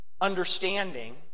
understanding